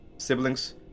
siblings